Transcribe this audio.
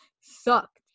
sucked